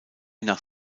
nach